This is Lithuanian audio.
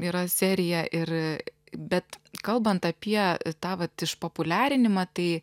yra serija ir bet kalbant apie tą vat išpopuliarinimą tai